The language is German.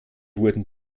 wurden